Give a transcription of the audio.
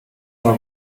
her